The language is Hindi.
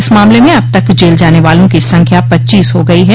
इस मामले में अब तक जेल जाने वालों की संख्या पच्चीस हो गई है